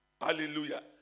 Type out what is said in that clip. Hallelujah